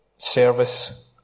service